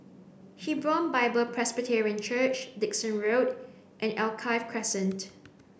Hebron Bible Presbyterian Church Dickson Road and Alkaff Crescent